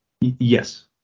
Yes